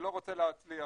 שלא רוצה להצליח,